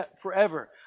forever